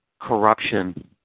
corruption